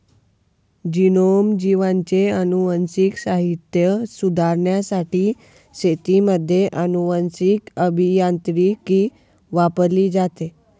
genome, जीवांचे अनुवांशिक साहित्य सुधारण्यासाठी शेतीमध्ये अनुवांशीक अभियांत्रिकी वापरली जाते